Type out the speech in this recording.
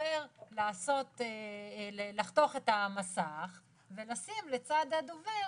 בוחר לחתוך את המסך ולשים לצד הדובר